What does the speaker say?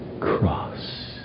cross